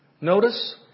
Notice